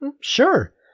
Sure